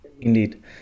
Indeed